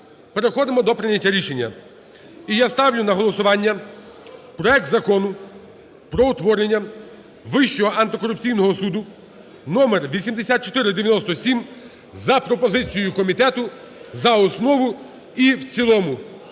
переходимо до прийняття рішення. І я ставлю на голосування проект Закону про утворення Вищого антикорупційного суду (№ 8497) за пропозицією комітету за основу і в цілому.